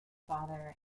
father